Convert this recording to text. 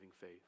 faith